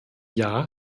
jahr